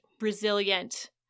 resilient